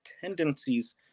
tendencies